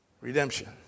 Redemption